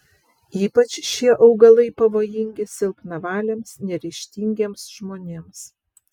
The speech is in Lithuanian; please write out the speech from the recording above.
ypač šie augalai pavojingi silpnavaliams neryžtingiems žmonėms